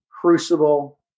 crucible